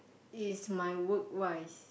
is my work wise